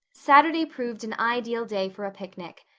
saturday proved an ideal day for a picnic.